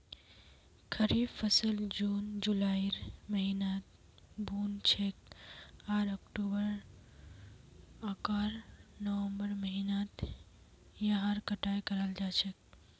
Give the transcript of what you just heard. खरीफ फसल जून जुलाइर महीनात बु न छेक आर अक्टूबर आकर नवंबरेर महीनात यहार कटाई कराल जा छेक